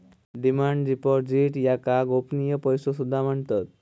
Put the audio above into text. demand deposits याका गोपनीय पैसो सुद्धा म्हणतत